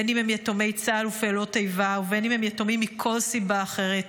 אם יתומי צה"ל ופעולות האיבה ואם הם יתומים מכל סיבה אחרת,